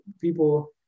people